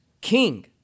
king